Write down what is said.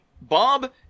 Bob